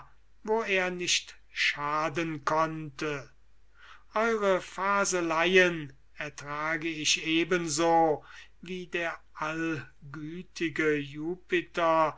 wo er nicht schaden konnte eure faseleien ertrage ich ebenso wie der allgütige jupiter